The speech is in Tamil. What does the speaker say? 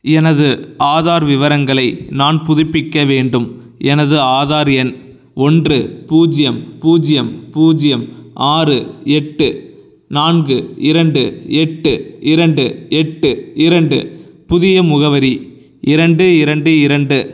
எனது ஆதார் விவரங்களை நான் புதுப்பிக்க வேண்டும் எனது ஆதார் எண் ஒன்று பூஜ்ஜியம் பூஜ்ஜியம் பூஜ்ஜியம் ஆறு எட்டு நான்கு இரண்டு எட்டு இரண்டு எட்டு இரண்டு புதிய முகவரி இரண்டு இரண்டு இரண்டு